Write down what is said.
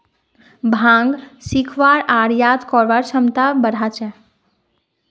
भांग सीखवार आर याद करवार क्षमता बढ़ा छे